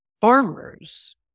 farmers